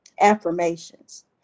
affirmations